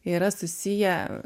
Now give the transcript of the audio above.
yra susiję